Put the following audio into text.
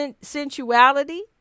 sensuality